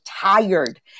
tired